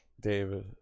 David